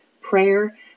Prayer